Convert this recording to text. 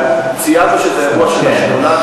ציינתי שזה אירוע של השדולה,